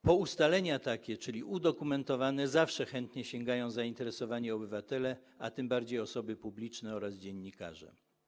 Po ustalenia takie, czyli udokumentowane, zawsze chętnie sięgają zainteresowani obywatele, a tym bardziej osoby publiczne oraz dziennikarze.